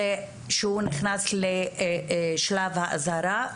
היא שהוא נכנס לשלב האזהרה.